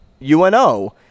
UNO